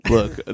Look